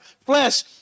flesh